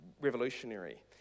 revolutionary